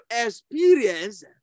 experience